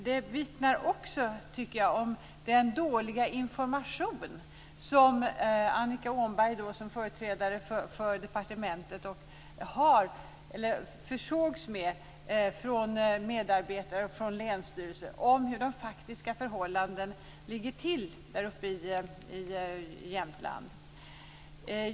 Det vittnar också om den dåliga information som Annika Åhnberg som företrädare för departementet försågs med från medarbetare och länsstyrelse om hur de faktiska förhållandena är uppe i Jämtland.